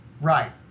Right